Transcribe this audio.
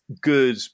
good